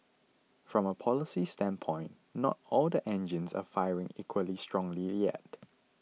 from a policy standpoint not all the engines are firing equally strongly yet